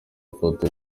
ifoto